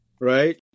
right